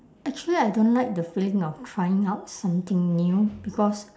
actually I don't like the feeling of trying out something new because